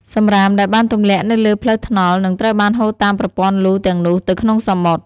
សំរាមដែលបានទម្លាក់នៅលើផ្លូវថ្នល់ នឹងត្រូវបានហូរតាមប្រព័ន្ធលូទាំងនោះទៅក្នុងសមុទ្រ។